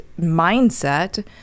mindset